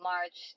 March